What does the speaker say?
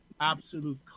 Absolute